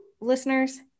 listeners